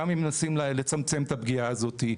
גם אם מנסים לצמצם את הפגיעה הזאת,